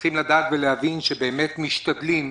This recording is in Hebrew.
צריך לדעת ולהבין שבאמת משתדלים.